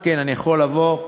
כן, אני יכול לבוא,